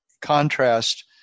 contrast